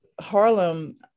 Harlem